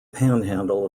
panhandle